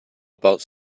about